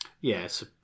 Yes